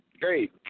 Great